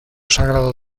sagrado